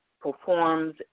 performs